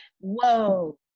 whoa